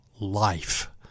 life